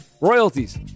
Royalties